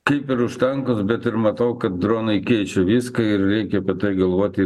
kaip ir už tankus bet ir matau kad dronai keičia viską ir reikia apie tai galvoti